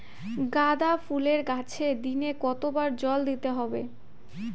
গাদা ফুলের গাছে দিনে কতবার জল দিতে হবে?